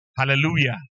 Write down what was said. Hallelujah